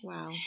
Wow